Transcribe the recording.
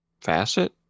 Facet